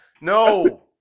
No